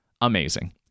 amazing